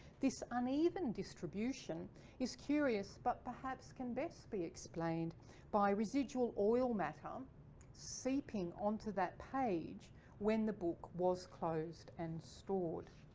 this uneven distribution is curious but perhaps can best be explained by residual oil matter um seeping onto that page when the book was closed and stored.